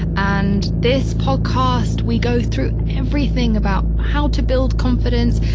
and this podcast, we go through everything about how to build confidence,